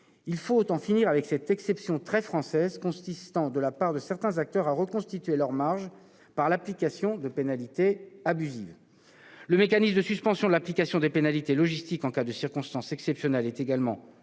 Il faut en finir avec cette exception très française consistant de la part de certains acteurs à reconstituer leurs marges par l'application de pénalités abusives. Le mécanisme de suspension de l'application des pénalités logistiques en cas de circonstances exceptionnelles est également tout